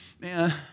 man